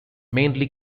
mainly